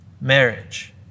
marriage